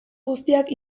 guztiak